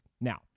Now